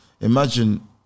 Imagine